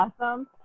awesome